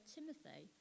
Timothy